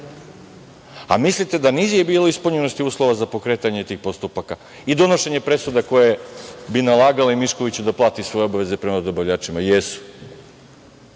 a mislite da nije bilo ispunjenosti uslova za pokretanje tih postupaka i donošenje presuda koje bi nalagale Miškoviću da plati svoje obaveze prema dobavljačima? Jesu.